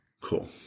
Cool